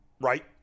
Right